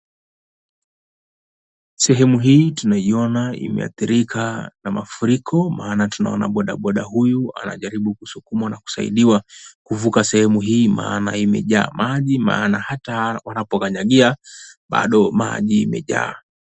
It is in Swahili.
Sehemu hii tunaiona imeathirika na mafuriko maana tunaona boda boda huyu anajaribu kusukumwa na kusaidiwa kuvuka sehemu hii maana imejaa maji maana hata wanapokanyagia bado maji imejaa.